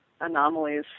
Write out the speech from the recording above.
anomalies